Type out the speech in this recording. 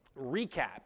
recap